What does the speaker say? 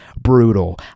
Brutal